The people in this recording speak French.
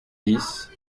dix